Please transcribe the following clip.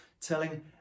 Telling